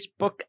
Facebook